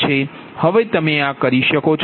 હવે તમે આ કરી શકો છો